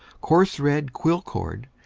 coarse red quill-cord,